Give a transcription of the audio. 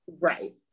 Right